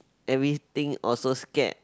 everything also scared